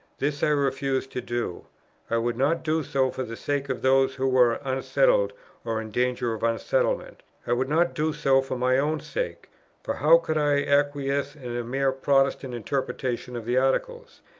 this i refused to do i would not do so for the sake of those who were unsettled or in danger of unsettlement. i would not do so for my own sake for how could i acquiesce in a mere protestant interpretation of the articles?